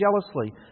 jealously